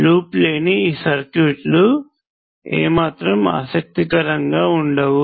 loop లేని ఈ circuit లు ఏ మాత్రం ఆశక్తికరంగా వుండవు